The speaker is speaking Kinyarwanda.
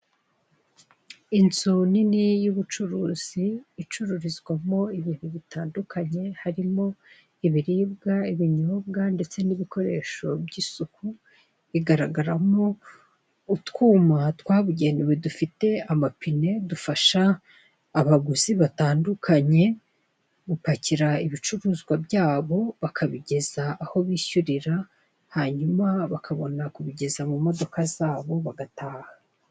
Inzu nini y'ubucuruzi icururizwamo ibintu bitandukanye harimo ibiribwa, ibinyobwa ndetse n'ibikoresho by'isuku, igaragaramo utwuma twabugenewe dufite amapine dufasha abaguzi batandukanye, gupakira ibicuruzwa byabo bakabigeza aho bishyurira, hanyuma bakabona kubigeza mu modoka zabo bagataha.